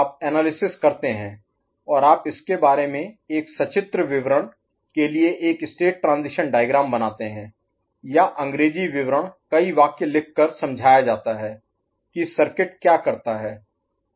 आप एनालिसिस करते हैं और आप इसके बारे में एक सचित्र विवरण के लिए एक स्टेट ट्रांजीशन डायग्राम बनाते हैं या अंग्रेजी विवरण कई वाक्य लिख कर समझाया जाता है की सर्किट क्या करता है